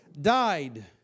died